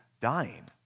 dying